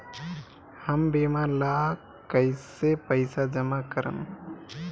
हम बीमा ला कईसे पईसा जमा करम?